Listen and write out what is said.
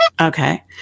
Okay